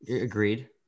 Agreed